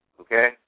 okay